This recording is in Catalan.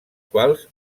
quals